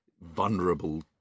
Vulnerable